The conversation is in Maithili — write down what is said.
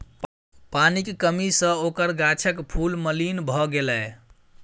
पानिक कमी सँ ओकर गाछक फूल मलिन भए गेलै